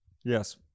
Yes